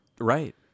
right